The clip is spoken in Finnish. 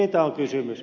siitä on kysymys